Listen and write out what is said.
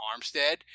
Armstead